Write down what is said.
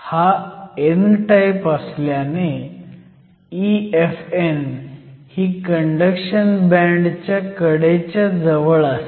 हा n type असल्याने EFn ही कंडक्शन बँडच्या कडेच्या जवळ असेल